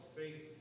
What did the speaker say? faith